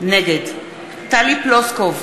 נגד טלי פלוסקוב,